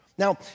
Now